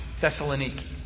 Thessaloniki